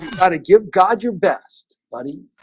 how to give god your best buddy